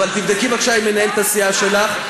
אבל תבדקי בבקשה עם מנהלת הסיעה שלך,